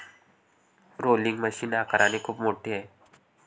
rolling machine आकाराने खूप मोठे आहे